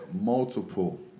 multiple